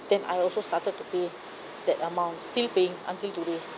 then I also started to pay that amount still paying until today